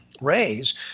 rays